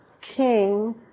king